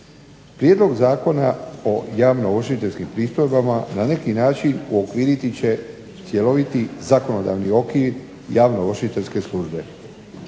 Prijedlog zakona o javno ovršiteljskim pristojbama na neki način uokviriti će cjeloviti zakonodavni okvir javno ovršiteljske službe.